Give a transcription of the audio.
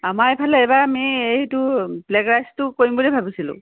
আমাৰ এইফালে এইবাৰ আমি এইটো ব্লেক ৰাইচটো কৰিম বুলি ভাবিছিলোঁ